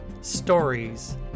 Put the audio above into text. stories